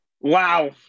Wow